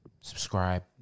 subscribe